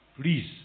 Please